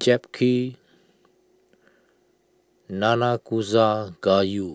Japchae Nanakusa Gayu